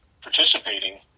participating